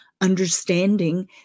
understanding